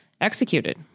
executed